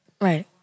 Right